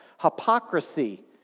hypocrisy